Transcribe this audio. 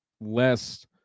less